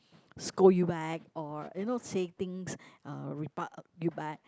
scold you back or you know say things uh rebut uh you back